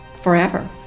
forever